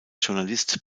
journalist